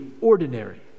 ordinary